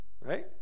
Right